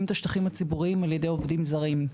את השטחים הציבוריים על ידי עובדים זרים.